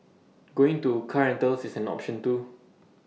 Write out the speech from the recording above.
going to car rentals is an option too